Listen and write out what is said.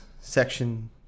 section